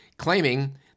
claiming